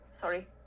sorry